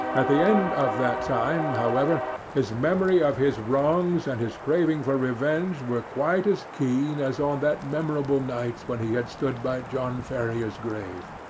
at the end of that time, however, his memory of his wrongs and his craving for revenge were quite as keen as on that memorable night when he had stood by john ferrier's grave.